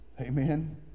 Amen